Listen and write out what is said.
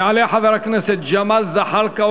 יעלה חבר הכנסת ג'מאל זחאלקה.